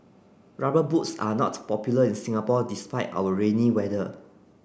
rubber boots are not popular in Singapore despite our rainy weather